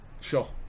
Sure